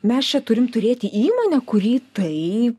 mes čia turim turėti įmonę kurį tai